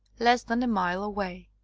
less than a mile away.